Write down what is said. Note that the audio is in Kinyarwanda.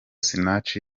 sinach